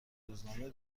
روزنامه